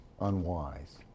unwise